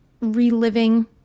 reliving